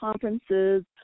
conferences